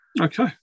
Okay